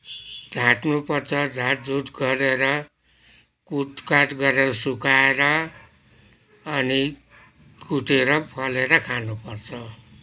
झाँट्नु पर्छ झाँट झुट गरेर कुट काट गरेर सुकाएर अनि कुटेर फलेर खानुपर्छ